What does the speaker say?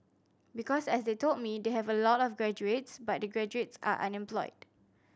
because as they told me they have a lot of graduates but the graduates are unemployed